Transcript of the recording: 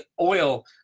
oil